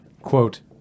quote